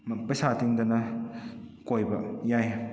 ꯄꯩꯁꯥ ꯇꯤꯡꯗꯅ ꯀꯣꯏꯕ ꯌꯥꯏ